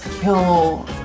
kill